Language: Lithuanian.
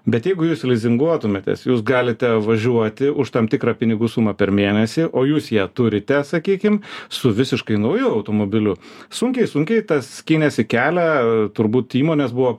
bet jeigu jūs lizinguotumėtės jūs galite važiuoti už tam tikrą pinigų sumą per mėnesį o jūs ją turite sakykim su visiškai nauju automobiliu sunkiai sunkiai skynėsi kelią turbūt įmonės buvo